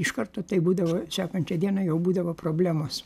iš karto tai būdavo sekančią dieną jau būdavo problemos